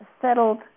settled